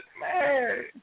Man